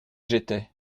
j’étais